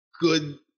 good